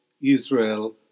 Israel